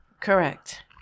Correct